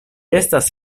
estas